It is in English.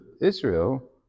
Israel